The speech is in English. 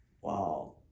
Wow